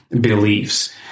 beliefs